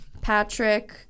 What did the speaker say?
Patrick